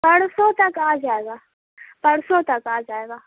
پرسوں تک آ جائے گا پرسوں تک آ جائے گا